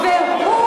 את שרה בממשלה.